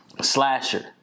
Slasher